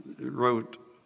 wrote